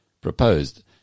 proposed